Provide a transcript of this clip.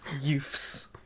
youths